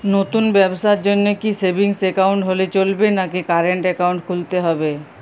নতুন ব্যবসার জন্যে কি সেভিংস একাউন্ট হলে চলবে নাকি কারেন্ট একাউন্ট খুলতে হবে?